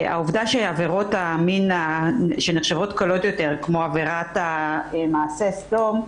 העובדה שעבירות המין שנחשבות קלות יותר כמו עבירת מעשה סדום,